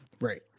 Right